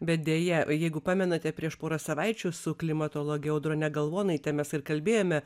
bet deja jeigu pamenate prieš porą savaičių su klimatologe audrone galvonaite mes ir kalbėjome